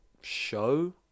show